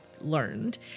learned